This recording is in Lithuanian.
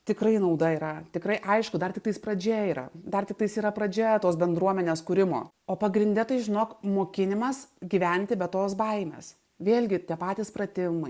tikrai nauda yra tikrai aišku dar tiktais pradžia yra dar tiktais yra pradžia tos bendruomenės kūrimo o pagrinde tai žinok mokinimas gyventi be tos baimės vėlgi tie patys pratimai